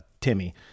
Timmy